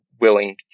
willing